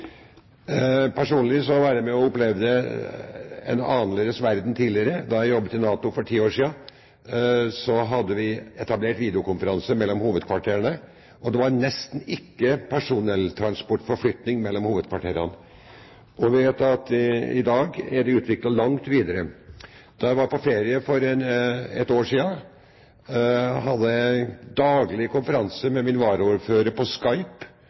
Personlig opplevde jeg en annerledes verden tidligere. Da jeg jobbet i NATO for ti år siden, hadde vi etablert videokonferanse mellom hovedkvarterene, og det var nesten ikke personellforflytning mellom hovedkvarterene. Vi vet at det i dag er utviklet langt videre. Da jeg var på ferie for et år siden, hadde jeg daglig konferanse med min varaordfører på